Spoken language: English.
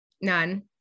none